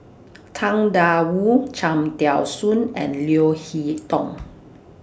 Tang DA Wu Cham Tao Soon and Leo Hee Tong